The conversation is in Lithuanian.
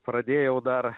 pradėjau dar